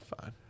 fine